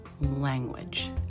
language